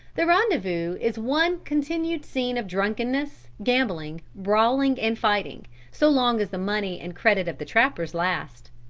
the rendezvous is one continued scene of drunkenness, gambling, brawling and fighting, so long as the money and credit of the trappers last.